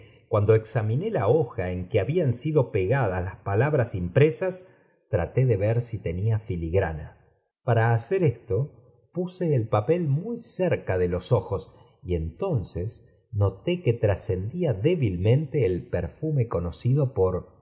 cuando examinó la hoja en que habían sido pegadas las palabras impresas traté de ver si tenía filigrana para hacer esto puso el papel muy rorea de los ojos y entonces noté que trascendía débilmente al perfume conocido por